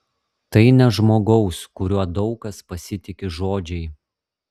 tai ne žmogaus kuriuo daug kas pasitiki žodžiai